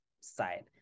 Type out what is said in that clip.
side